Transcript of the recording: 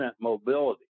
mobility